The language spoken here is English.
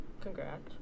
Congrats